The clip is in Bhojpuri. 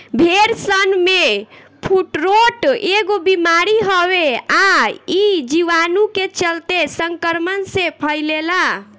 भेड़सन में फुट्रोट एगो बिमारी हवे आ इ जीवाणु के चलते संक्रमण से फइले ला